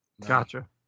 Gotcha